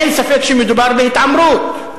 אין ספק שמדובר בהתעמרות.